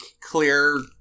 clear